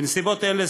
בנסיבות אלה,